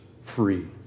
free